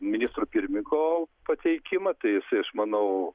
ministro pirmininko pateikimą tai jisai aš manau